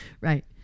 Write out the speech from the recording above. Right